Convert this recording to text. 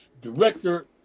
director